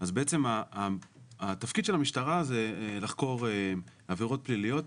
אז בעצם התפקיד של המשטרה הוא לחקור עבירות פליליות.